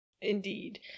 Indeed